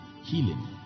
healing